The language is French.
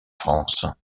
france